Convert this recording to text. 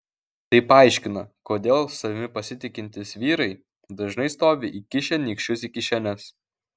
tai paaiškina kodėl savimi pasitikintys vyrai dažnai stovi įkišę nykščius į kišenes